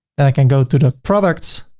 then i can go to the products.